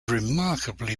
remarkably